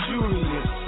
Julius